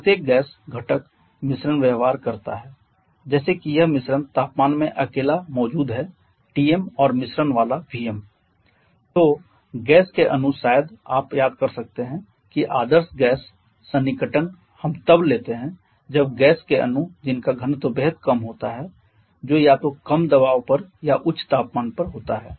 प्रत्येक गैस घटक मिश्रण व्यवहार करता है जैसे कि यह मिश्रण तापमानमें अकेला मौजूद है Tm और मिश्रण मात्रा Vm तो गैस के अणु शायद आप याद कर सकते हैं कि आदर्श गैस सन्निकटन हम तब लेते हैं जब गैस के अणु जिनका घनत्व बेहद कम होता है जो या तो कम दबाव पर या उच्च तापमान पर होता है